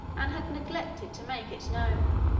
and had neglected to make it known.